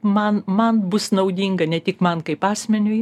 man man bus naudinga ne tik man kaip asmeniui